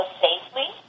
safely